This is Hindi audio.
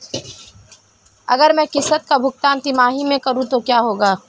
अगर मैं किश्त का भुगतान तिमाही में करूं तो क्या होगा?